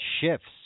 shifts